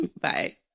Bye